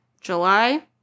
July